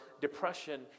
depression